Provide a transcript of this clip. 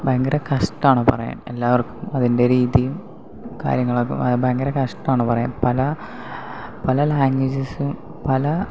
ഭയങ്കര കഷ്ടമാണ് പറയാൻ എല്ലാവർക്കും അതിൻ്റെ രീതിയും കാര്യങ്ങളുമൊക്കെ ഭയങ്കര കഷ്ടമാണ് പറയാൻ പല പല ലാംഗ്വേജസും പല